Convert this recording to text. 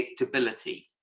predictability